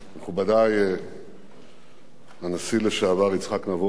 מכובדי הנשיא לשעבר יצחק נבון,